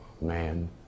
man